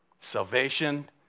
Salvation